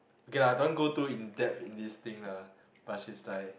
okay lah don't want go too in-depth in this thing lah but she's like